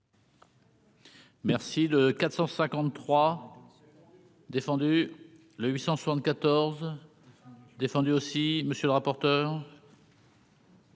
Merci de 453. Défendu le 874 défendu aussi, monsieur le rapporteur.